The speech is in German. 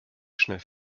schnell